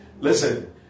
Listen